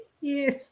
Yes